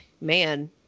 man